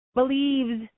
believes